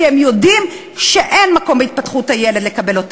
כי הם יודעים שאין מקום שיקבל אותם.